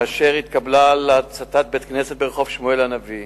התקבלה הודעה על הצתת בית-כנסת ברחוב שמואל הנביא.